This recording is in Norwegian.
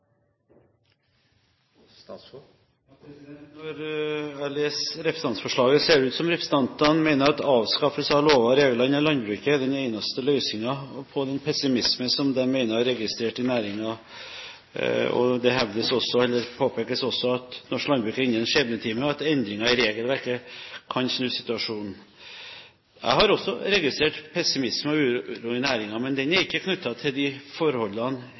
Når jeg leser representantforslaget, ser det ut som om representantene mener at avskaffelse av lover og regler innen landbruket er den eneste løsningen på den pessimismen som de mener å ha registrert i næringen. Det påpekes også at norsk landbruk er inne i en skjebnetime, og at endringer i regelverket kan snu situasjonen. Jeg har også registrert pessimisme og uro i næringen, men den er ikke knyttet til de forholdene